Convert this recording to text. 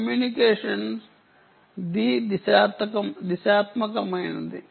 communication ద్వి దిశాత్మకమైనది